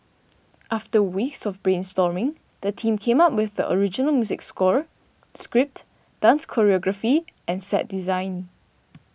after weeks of brainstorming the team came up with the original music score script dance choreography and set design